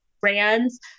brands